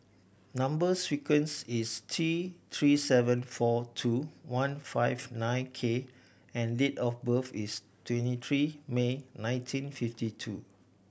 number sequence is T Three seven four two one five nine K and date of birth is twenty three May nineteen fifty two